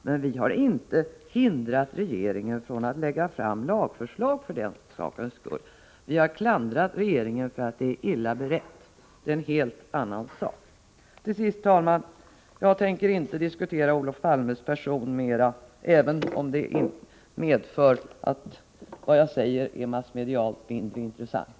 Men vi har inte hindrat regeringen från att lägga fram lagförslag för den sakens skull. Vi har klandrat regeringen för att det är illa berett, och det är en helt annan sak. Till sist, herr talman: Jag tänker inte diskutera Olof Palmes person mera, även om det medför att vad jag säger är massmedialt mindre intressant.